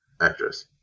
actress